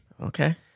Okay